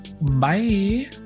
Bye